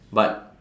but